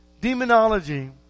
demonology